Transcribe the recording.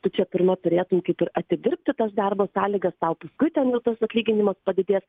tu čia pirma turėtum kaip ir atidirbti tas darbo sąlygas tau paskui ten jau tas atlyginimas padidės